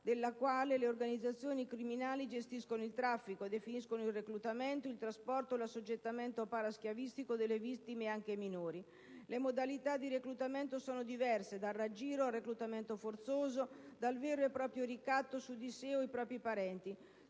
della quale le organizzazioni criminali gestiscono il traffico, definiscono il reclutamento, il trasporto e l'assoggettamento paraschiavistico delle vittime anche minori. Le modalità di reclutamento sono diverse, dal raggiro al reclutamento forzoso, al vero e proprio ricatto su di sé o sui propri parenti.